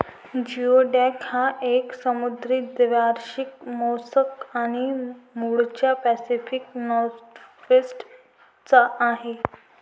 geoduck हा एक समुद्री द्वैवार्षिक मोलस्क आहे, मूळचा पॅसिफिक नॉर्थवेस्ट चा आहे